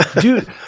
Dude